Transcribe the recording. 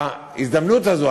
שההזדמנות הזו,